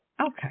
Okay